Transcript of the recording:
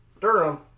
Durham